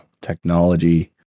technology